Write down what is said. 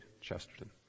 Chesterton